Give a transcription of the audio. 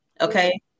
Okay